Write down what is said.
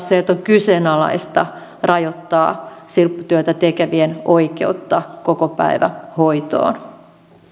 että on kyseenalaista rajoittaa silpputyötä tekevien oikeutta kokopäivähoitoon